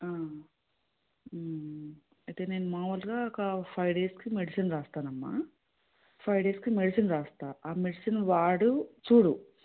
అయితే నేను మామూలుగా ఒక ఫైవ్ డేస్కి మెడిసిన్ రాస్తాను అమ్మ ఫైవ్ డేస్కి మెడిసిన్ రాస్తాను ఆ మెడిసిన్ వాడు చూడు